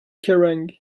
kerrang